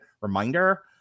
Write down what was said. reminder